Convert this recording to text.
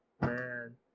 man